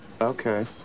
Okay